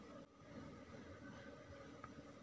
ಕಸಿ ಕಟ್ಟಿದ ಸಸ್ಯಗಳು ಒಳ್ಳೆಯವೇ?